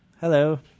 Hello